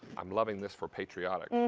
i'm loving this for patriotic.